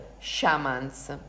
shamans